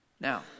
Now